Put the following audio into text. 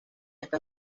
estas